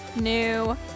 new